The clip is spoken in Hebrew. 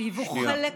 שהיו חלק,